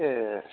ए